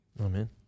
amen